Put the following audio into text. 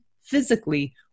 physically